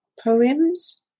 poems